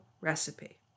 recipe